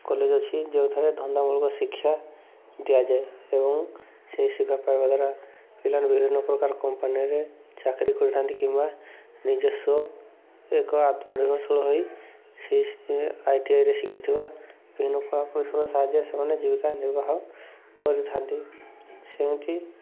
college ଅଛି ଯେଉଁଠାରେ ଧନ୍ଦାମୂଳକ ଶିକ୍ଷା ଦିଆଯାଏ ଏବଂ ସେହି ଶିକ୍ଷା ପାଇବା ଦ୍ୱାରା ପିଲାମାନେ ବିଭିନ୍ନ ପ୍ରକାର କମ୍ପାନୀରେ ଚାକିରି କରିଥାନ୍ତି କିମ୍ବା ନିଜସ୍ୱ ଏକ ଆତ୍ମନିର୍ଭରଶୀଳ ହୋଇ ସେଇ ଆଇଟିଆଇରେ ଶିଖିଥିବା ବିଭିନ୍ନ ସାହାଯ୍ୟରେ ସେମାନେ ଜୀବିକା ନିର୍ବାହ କରିଥାନ୍ତି ସେମିତି